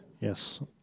Yes